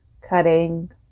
cutting